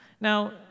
Now